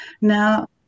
Now